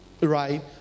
right